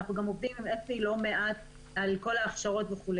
ואנחנו גם עובדים עם אפי לא מעט על כל ההכשרות וכו',